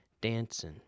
dancing